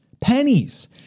pennies